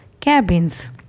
Cabins